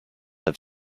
have